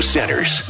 Centers